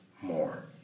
more